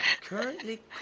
currently